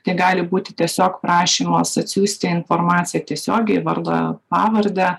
tai gali būti tiesiog prašymas atsiųsti informaciją tiesiogiai vardo pavardę